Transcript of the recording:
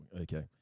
okay